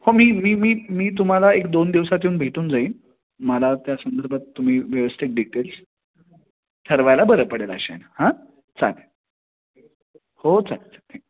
हो मी मी मी मी तुम्हाला एक दोन दिवसात येऊन भेटून जाईन मला त्या संदर्भात तुम्ही व्यवस्थित डिटेल्स ठरवायला बरं पडेल अशानं हां चालेल हो चाल